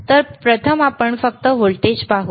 तर प्रथम आपण फक्त व्होल्टेज पाहू